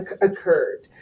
occurred